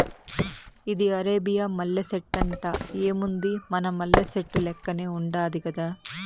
ఇది అరేబియా మల్లె సెట్టంట, ఏముంది మన మల్లె సెట్టు లెక్కనే ఉండాది గదా